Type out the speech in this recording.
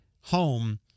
home